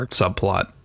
subplot